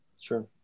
Sure